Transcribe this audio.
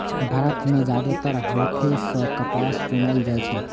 भारत मे जादेतर हाथे सं कपास चुनल जाइ छै